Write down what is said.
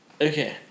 Okay